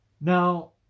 Now